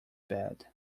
bed